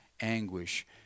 anguish